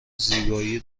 زیبایی